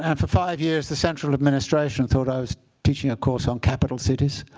and for five years, the central administration thought i was teaching a course on capital cities.